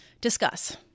Discuss